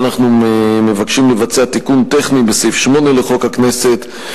אנחנו מבקשים לבצע תיקון טכני בסעיף 8 לחוק הכנסת,